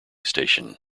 station